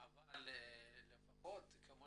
אבל לפחות כמו